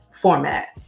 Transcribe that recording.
format